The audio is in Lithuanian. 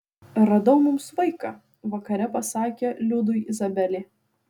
radau mums vaiką vakare pasakė liudui izabelė